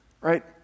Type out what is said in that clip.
right